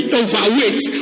overweight